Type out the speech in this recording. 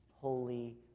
Holy